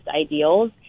ideals